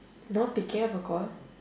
not picking up a call